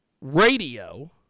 Radio